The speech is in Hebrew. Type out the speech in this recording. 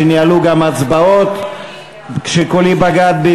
שניהלו גם הצבעות כשקולי בגד בי.